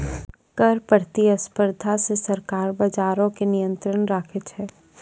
कर प्रतिस्पर्धा से सरकार बजारो पे नियंत्रण राखै छै